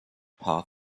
part